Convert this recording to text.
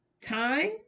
time